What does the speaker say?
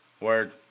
Word